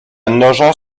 nogent